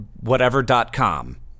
whatever.com